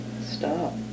stop